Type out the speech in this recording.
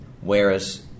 Whereas